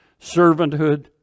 servanthood